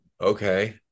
okay